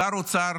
שר האוצר